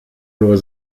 nur